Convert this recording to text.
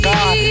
God